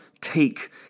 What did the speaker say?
take